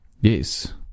Yes